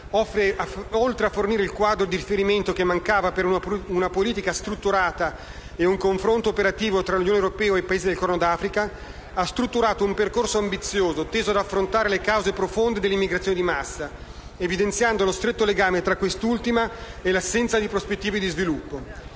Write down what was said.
oltre a fornire il quadro di riferimento che mancava per una politica strutturata ed un confronto operativo tra l'Unione europea ed i Paesi del Corno d'Africa, ha strutturato un percorso ambizioso teso ad affrontare le cause profonde dell'immigrazione di massa, evidenziando lo stretto legame tra quest'ultima e l'assenza di prospettive di sviluppo.